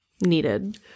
needed